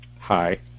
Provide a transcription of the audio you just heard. Hi